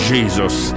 Jesus